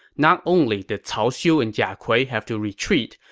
not only did cao xiu and jia kui have to retreat,